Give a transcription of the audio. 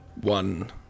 one